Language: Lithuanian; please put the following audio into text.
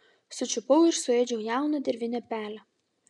sučiupau ir suėdžiau jauną dirvinę pelę